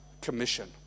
Commission